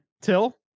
Till